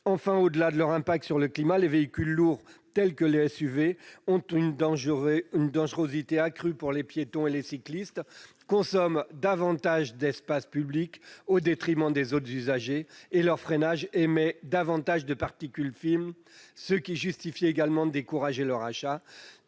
Enfin, au-delà de leur impact sur le climat, les véhicules lourds tels que les SUV ont une dangerosité accrue pour les piétons et les cyclistes, consomment davantage d'espace public au détriment des autres usagers et leur freinage émet davantage de particules fines, ce qui justifie également de décourager leur achat.